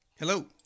Hello